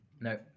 no